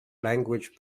language